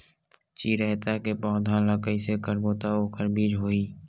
चिरैता के पौधा ल कइसे करबो त ओखर बीज होई?